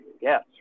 yes